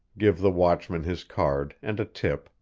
give the watchman his card and a tip,